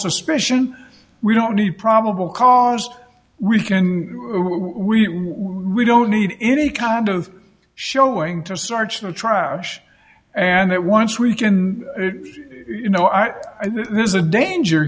suspicion we don't need probable cause we can we we don't need any kind of showing to search the trash and that once we can it you know i there's a danger